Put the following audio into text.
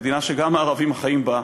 מדינה שגם הערבים חיים בה,